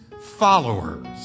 followers